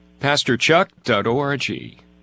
PastorChuck.org